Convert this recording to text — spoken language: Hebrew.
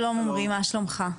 שלום עמרי, מה שלומך?